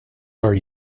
are